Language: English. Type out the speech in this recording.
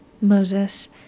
moses